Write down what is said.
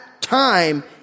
time